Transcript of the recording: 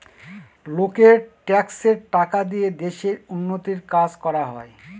লোকের ট্যাক্সের টাকা দিয়ে দেশের উন্নতির কাজ করা হয়